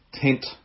tent